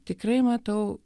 tikrai matau